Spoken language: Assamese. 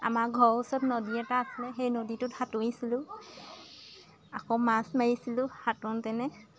আমাৰ ঘৰৰ ওচৰত নদী এটা আছিলে সেই নদীটোত সাঁতুৰিছিলোঁ আকৌ মাছ মাৰিছিলোঁ